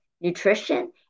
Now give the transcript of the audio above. nutrition